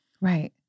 Right